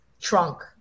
trunk